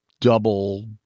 double